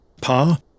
Pa